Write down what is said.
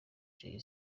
jay